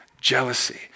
Jealousy